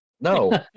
No